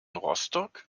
rostock